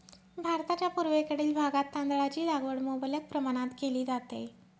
भारताच्या पूर्वेकडील भागात तांदळाची लागवड मुबलक प्रमाणात केली जाते